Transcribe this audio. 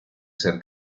ser